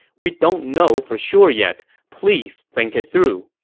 we don't know for sure yet. please think it through.